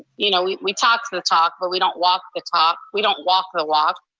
you know we we talk the talk, but we don't walk the talk. we don't walk the walk.